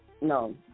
No